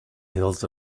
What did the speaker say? hills